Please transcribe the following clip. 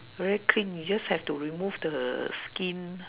very clean you just have to remove the skin